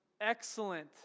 excellent